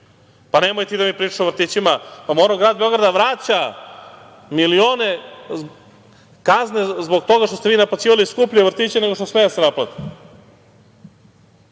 Pa, nemoj ti da mi pričaš o vrtićima. Morao je Grad Beograd da vraća milione kazni zbog toga što ste vi naplaćivali skuplje vrtiće nego što sme da se naplati. Danas